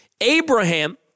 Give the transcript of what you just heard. Abraham